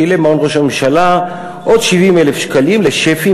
שילם מעון ראש הממשלה עוד 70,000 שקלים לשפים,